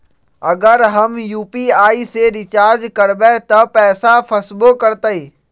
अगर हम यू.पी.आई से रिचार्ज करबै त पैसा फसबो करतई?